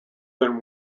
than